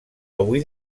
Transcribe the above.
avui